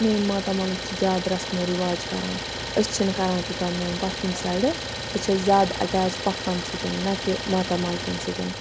مٲنۍ ماتامالٕکۍ چھِ زیادٕ رَسمو رِواج کَران أسۍ چھِنہٕ کَران تیوٗتاہ میانہٕ پۄفہِ ہِندِ سایڈٕ بہٕ چھَس زیادٕ اَٹیچ پۄفَن سۭتۍ نہَ کہِ ماتامالکٮ۪ن سۭتۍ